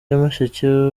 nyamasheke